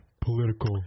political